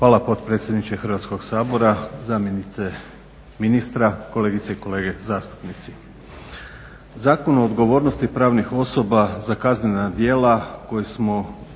Hvala potpredsjedniče Hrvatskog sabora, zamjenice ministra, kolegice i kolege zastupnici. Zakon o odgovornosti pravnih osoba za kaznena djela koje smo